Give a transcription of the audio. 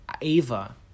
Ava